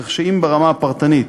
כך שאם ברמה הפרטנית